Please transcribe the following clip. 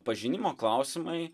pažinimo klausimai